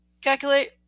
calculate